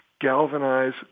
galvanize